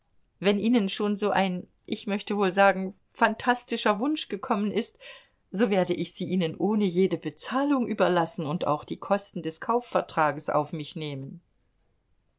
wenn ihnen schon so ein ich möchte wohl sagen phantastischer wunsch gekommen ist so werde ich sie ihnen ohne jede bezahlung überlassen und auch die kosten des kaufvertrags auf mich nehmen